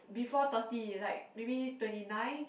before thirty like maybe twenty nine